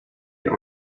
der